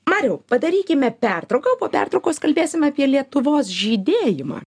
mariau padarykime pertrauką po pertraukos kalbėsim apie lietuvos žydėjimą